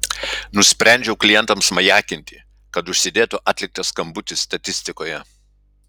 nusprendžiau klientams majakinti kad užsidėtų atliktas skambutis statistikoje